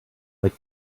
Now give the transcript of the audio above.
like